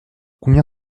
combien